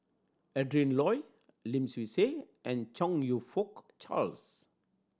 Adrin Loi Lim Swee Say and Chong You Fook Charles